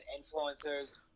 influencers